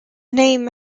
name